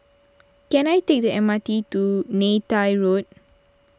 can I take the M R T to Neythai Road